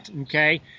okay